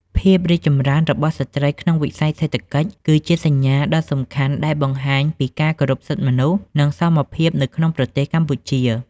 ភាពរីកចម្រើនរបស់ស្ត្រីក្នុងវិស័យសេដ្ឋកិច្ច គឺជាសញ្ញាណដ៏សំខាន់ដែលបង្ហាញពីការគោរពសិទ្ធិមនុស្ស និងសមភាពនៅក្នុងប្រទេសកម្ពុជា។